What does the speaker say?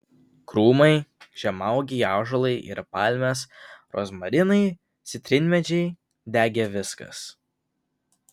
krūmai žemaūgiai ąžuolai ir palmės rozmarinai citrinmedžiai degė viskas